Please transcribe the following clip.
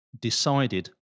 decided